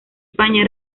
españa